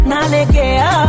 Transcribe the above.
Nalegea